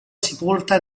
sepolta